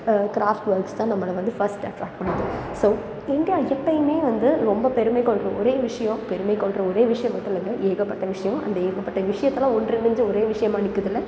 craft works தான் நம்மளை வந்து ஃபர்ஸ்ட் அட்ராக்ட் பண்ணுது ஸோ இந்தியா எப்போயுமே வந்து ரொம்ப பெருமை கொள்கிற ஒரே விஷயம் பெருமை கொள்கிற ஒரே விஷயம் மட்டும் இல்லைங்க ஏகப்பட்ட விஷயம் அந்த ஏகப்பட்ட விஷயத்தில் ஒன்றிணைஞ்ச ஒரே விஷயமாக நிக்குதில்லை